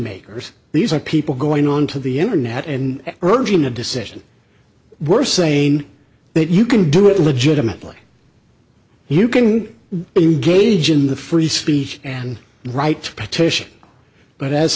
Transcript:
makers these are people going on to the internet and urging the decision we're saying that you can do it legitimately you can engage in the free speech and right to petition but as